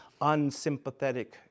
unsympathetic